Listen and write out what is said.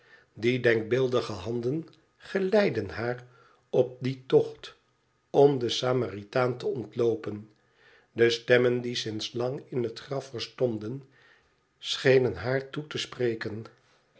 die denkbeeldige handen geleidden haar op dien tocht om den samaritaan te ontloopen de stemmen die sinds lang in het graf verstomden schenen haar toe te spreken